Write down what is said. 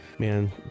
man